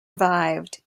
revived